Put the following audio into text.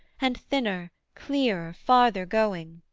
and thinner, clearer, farther going!